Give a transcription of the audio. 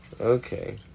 Okay